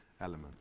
element